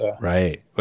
Right